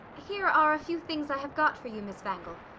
here are a few things i have got for you, miss wangel.